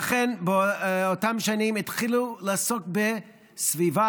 לכן באותן שנים התחילו לעסוק בסביבה.